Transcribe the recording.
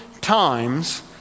times